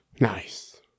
Nice